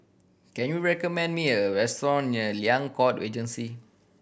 can you recommend me a restaurant near Liang Court Regency